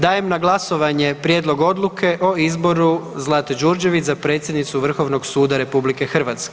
Dajem na glasovanje Prijedlog Odluke o izboru Zlate Đurđević za predsjednicu Vrhovnog suda RH.